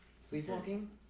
Sleepwalking